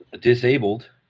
Disabled